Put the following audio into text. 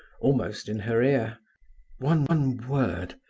almost in her ear one one word,